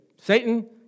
Satan